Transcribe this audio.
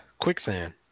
quicksand